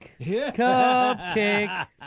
Cupcake